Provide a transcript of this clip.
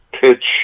pitch